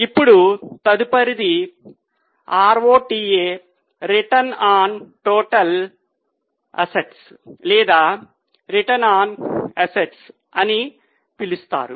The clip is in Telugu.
ఇప్పుడు తదుపరిది రోటా రిటర్న్ ఆన్ టోటల్ ఆస్తులు లేదా రిటర్న్ ఆన్ ఆస్తులని ఇక్కడ పిలుస్తారు